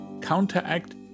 counteract